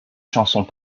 chansons